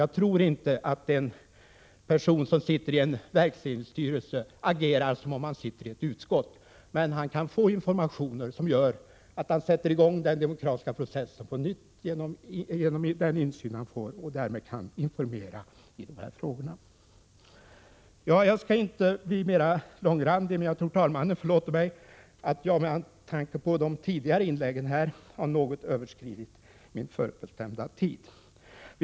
Jag tror inte att en person som sitter i en verksledningsstyrelse agerar som om han sitter i ett utskott, men han kan genom sin insyn få informationer som gör att han sätter i gång den demokratiska processen. Jag skallinte bli mer långrandig, men jag tror att talmannen förlåter mig att jag måste bemöta de tidigare inläggen och därför något överskrider den anmälda tiden.